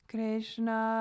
Krishna